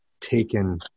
taken